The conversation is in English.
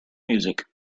music